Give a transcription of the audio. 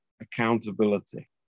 accountability